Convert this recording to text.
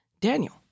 Daniel